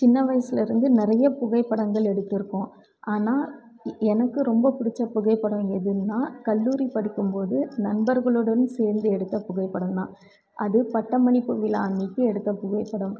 சின்ன வயசிலருந்து நிறைய புகைப்படங்கள் எடுத்திருக்கோம் ஆனால் எனக்கு ரொம்ப புடிச்ச புகைப்படம் எதுனால் கல்லுரி படிக்கும் போது நண்பர்களுடன் சேர்ந்து எடுத்த புகைப்படம் தான் அது பட்டமணிப்பு விழா அன்றைக்கு எடுத்த புகைப்படம்